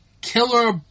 Killer